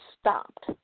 stopped